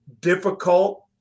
difficult